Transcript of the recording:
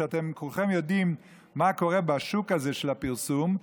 ואתם כולכם יודעים מה קורה בשוק הזה של הפרסום,